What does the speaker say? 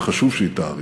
וחשוב שהיא תעריך,